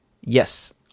Yes